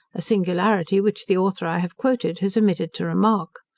a singularity which the author i have quoted has omitted to remark.